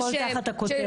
גבירתי, הכול תחת הכותרת.